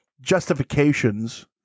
justifications